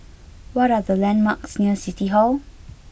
what are the landmarks near City Hall